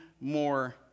more